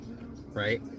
Right